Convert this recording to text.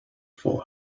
for